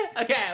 Okay